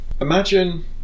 imagine